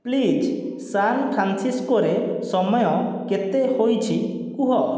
please ସାନ୍ଫ୍ରାନ୍ସିସ୍କୋରେ ସମୟ କେତେ ହୋଇଛି କୁହ